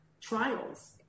trials